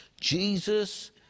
Jesus